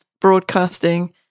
broadcasting